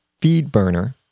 FeedBurner